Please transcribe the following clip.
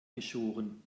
geschoren